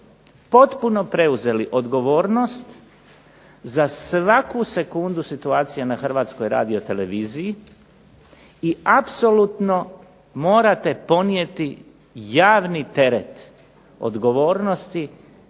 potpuno preuzeli odgovornost za svaku sekundu situacija na Hrvatskoj radioteleviziji i apsolutno morate ponijeti javni teret odgovornosti